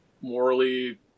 morally